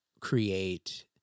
create